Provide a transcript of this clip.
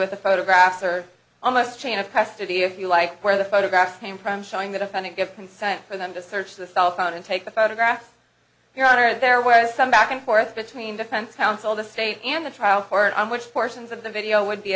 with the photographs or almost chain of custody if you like where the photographs came from showing the defendant give consent for them to search the cell phone and take the photograph your honor there was some back and forth between defense counsel the state and the trial court on which fortunes of the video would be